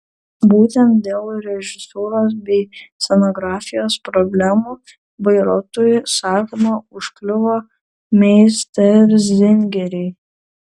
būtent dėl režisūros bei scenografijos problemų bairoitui sakoma užkliuvo meisterzingeriai